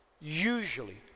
usually